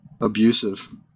abusive